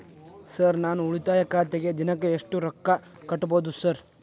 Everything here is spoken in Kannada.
ಸರ್ ನಾನು ಉಳಿತಾಯ ಖಾತೆಗೆ ದಿನಕ್ಕ ಎಷ್ಟು ರೊಕ್ಕಾ ಕಟ್ಟುಬಹುದು ಸರ್?